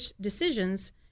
decisions